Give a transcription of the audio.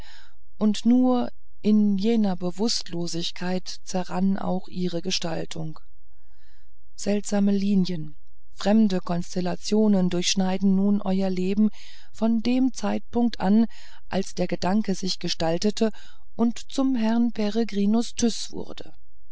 und nur in jener bewußtlosigkeit zerrann auch ihre gestaltung seltsame linien fremde konstellationen durchschneiden nun euer leben von dem zeitpunkt an als der gedanke sich gestaltete und zum herrn peregrinus tyß wurde